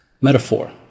metaphor